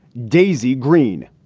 daisy green.